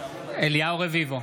אליהו רביבו,